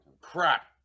Crap